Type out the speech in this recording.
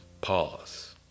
pause